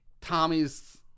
Tommy's